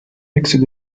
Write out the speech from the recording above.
mixed